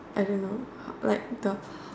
I don't know like the